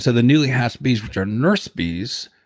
so the newly hass bees, which are nurse bees,